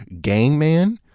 Gangman